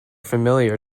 familiar